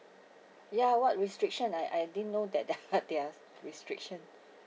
ya what restriction I I didn't know that there're there're restriction